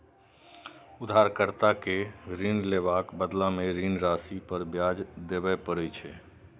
उधारकर्ता कें ऋण लेबाक बदला मे ऋण राशि पर ब्याज देबय पड़ै छै